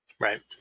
right